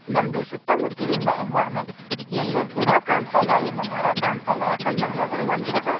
ನಮ್ಮದು ಸುತ್ತಮುತ್ತಲಿನ ಎನ್ವಾರ್ಮೆಂಟ್ ಎಲ್ಲೂ ಗಿಡ ಕಾಣ್ತಾ ಇಲ್ಲ ಎಲ್ಲೂ ಮರ ಕಾಣ್ತಾ ಇಲ್ಲ ಯಾಕಂತಂದು ಹೇಳದ್ರ ಮನುಷ್ಯಗ